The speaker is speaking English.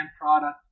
product